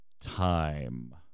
Time